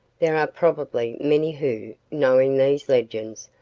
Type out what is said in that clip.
there are probably many who, knowing these legends,